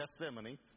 Gethsemane